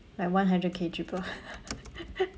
like one hundred K cheaper